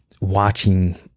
watching